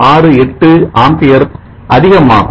0068 ampere அதிகமாகும்